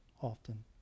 Often